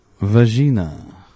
Vagina